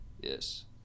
Yes